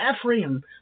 Ephraim